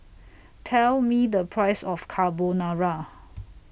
Tell Me The Price of Carbonara